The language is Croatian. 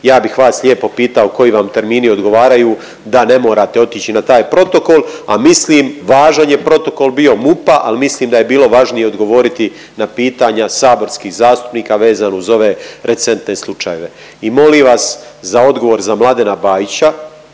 ja bih vas lijepo pitao koji vam termini odgovaraju da ne morate otići na taj protokol. A mislim važan je protokol bio MUP-a, ali mislim da je bilo važnije odgovoriti na pitanja saborskih zastupnika vezano uz ove recentne slučajeve. I molim vas za odgovor za Mladena Bajića.